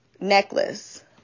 necklace